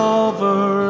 over